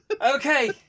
Okay